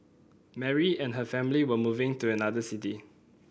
Mary and her family were moving to another city